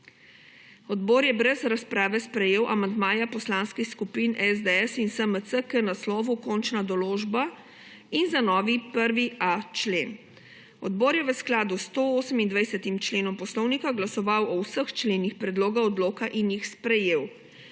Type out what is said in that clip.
Odbor je brez razprave sprejel amandmaja poslanskih skupin SDS in SMC k naslovu Končna določba in za novi 1.a člen. Odbor je v skladu s 128. členom poslovnika glasoval o vseh členih predloga odloka in jih sprejel.